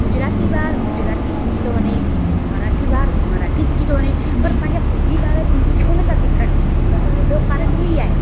गुजराती ॿार गुजराती थी थो वञे मराठी ॿार मराठी सिखी थो वञे पर पंहिंजा सिंधी ॿार सिंधी छो नथा सिखनि हिनजो वॾो कारण हीअई आहे